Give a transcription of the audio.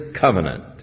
covenant